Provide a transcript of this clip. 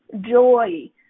joy